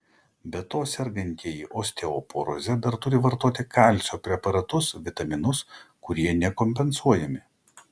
be to sergantieji osteoporoze dar turi vartoti kalcio preparatus vitaminus kurie nekompensuojami